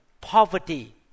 poverty